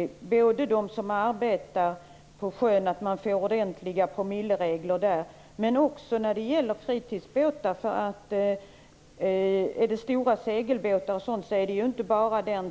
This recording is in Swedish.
och får ordentliga promilleregler för dem som arbetar på sjön. Men det är också viktigt när det gäller fritidsbåtar.